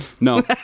No